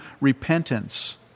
repentance